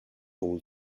all